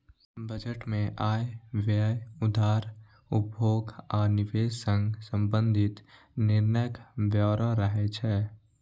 budget मे आय, व्यय, उधार, उपभोग आ निवेश सं संबंधित निर्णयक ब्यौरा रहै छै